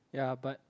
ya but